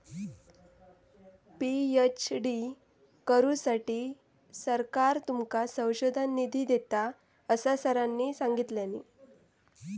PhD करुसाठी सरकार तुमका संशोधन निधी देता, असा सरांनी सांगल्यानी